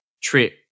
trip